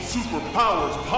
Superpowers